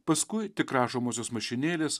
paskui tik rašomosios mašinėlės